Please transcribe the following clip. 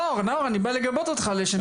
תן לי לגבות אותך לשם שינוי.